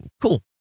cool